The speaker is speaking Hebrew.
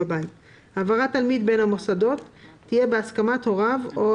העברת תלמיד בין המוסדות תהיה בהסכמת הוריו או